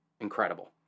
incredible